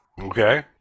Okay